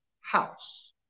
house